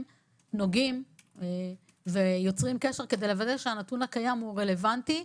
נוגעים ויוצרים קשר כדי לוודא שהנתון הקיים רלוונטי.